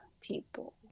people